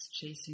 chasing